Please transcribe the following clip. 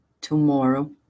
tomorrow